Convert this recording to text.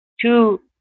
two